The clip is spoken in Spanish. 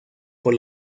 por